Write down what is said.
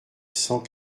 cent